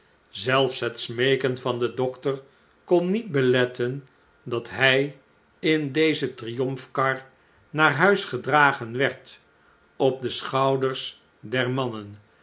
zelfs het smeeken van den dokter kon niet beletten dat hij in de zege deze triomfkar naar huis gedragen werdopde schouders der mannen